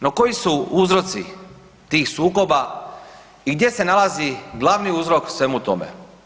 No koji su uzroci tih sukoba i gdje se nalazi glavni uzrok svemu tome?